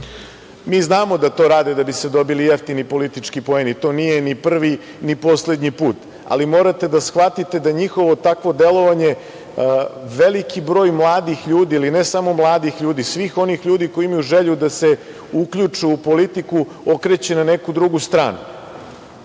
Mi znamo da to rade da bi se dobili jeftini politički poeni, to nije ni prvi, ni poslednji put, ali morate da shvatite da njihovo takvo delovanje veliki broj mladih ljudi i ne samo mladih ljudi, svih onih ljudi koji imaju želju da se uključe u politiku, okreće na neku drugu stranu. Danas